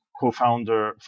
co-founder